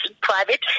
private